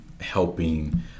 helping